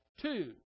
Two